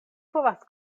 povas